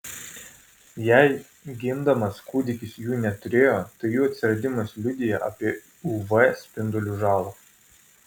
jei gimdamas kūdikis jų neturėjo tai jų atsiradimas liudija apie uv spindulių žalą